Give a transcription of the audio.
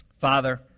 Father